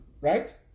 Right